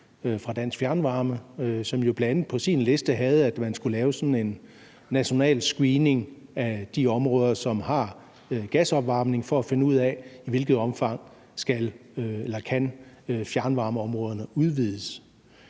fra Dansk Fjernvarme, som jo bl.a. på sin liste havde, at man skulle lave sådan en national screening af de områder, som har gasopvarmning, for at finde ud af, i hvilket omfang fjernvarmeområderne kan udvides.